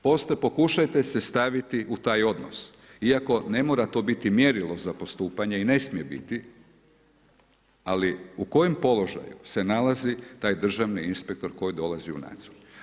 Pokušajte se staviti u taj odnos, iako ne mora to biti mjerilo za postupanje i ne smije biti, ali u kojem položaju se nalazi taj državni inspektor koji dolazi u nadzor?